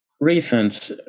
recent